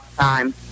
time